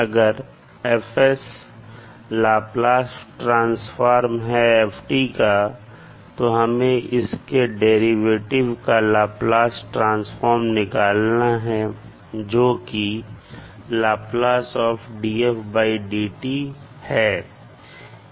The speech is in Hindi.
अगर लाप्लास ट्रांसफार्म हैं f का तो हमें इसके डेरिवेटिव का लाप्लास ट्रांसफार्म निकालना है जोकि है